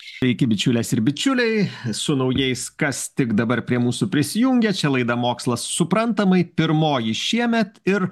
sveiki bičiulės ir bičiuliai su naujais kas tik dabar prie mūsų prisijungia čia laida mokslas suprantamai pirmoji šiemet ir